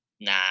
Nah